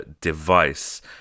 device